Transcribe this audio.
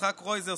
יצחק קרויזר,